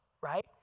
right